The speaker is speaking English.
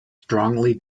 strongly